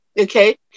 Okay